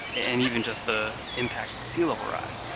and even just the impacts of sea level rise.